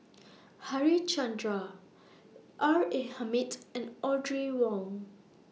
Harichandra R A Hamid and Audrey Wong